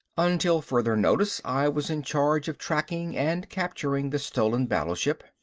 until further notice i was in charge of tracking and capturing the stolen battleship.